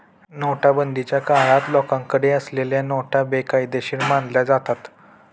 नोटाबंदीच्या काळात लोकांकडे असलेल्या नोटा बेकायदेशीर मानल्या जातात